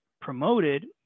promoted